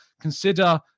consider